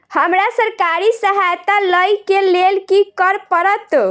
हमरा सरकारी सहायता लई केँ लेल की करऽ पड़त?